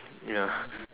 ya